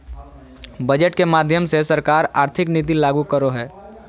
budget के माध्यम से सरकार आर्थिक नीति लागू करो हय